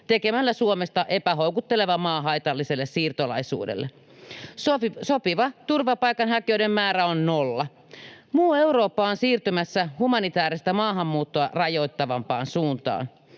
tekemällä Suomesta epähoukutteleva maa haitalliselle siirtolaisuudelle. Sopiva turvapaikanhakijoiden määrä on nolla. Muu Eurooppa on siirtymässä humanitaarista maahanmuuttoa koko ajan rajoittavampaan suuntaan.